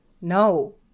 No